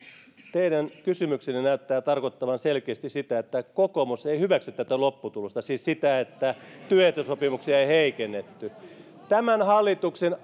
teidän kysymyksenne näyttää tarkoittavan selkeästi sitä että kokoomus ei hyväksy tätä lopputulosta siis sitä että työehtosopimuksia ei heikennetty tämän hallituksen